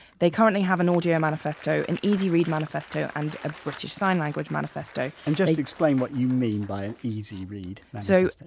they currently have an audio manifesto, an easy read manifesto and a british sign language manifesto, and just explain what you mean by an easy read manifesto so,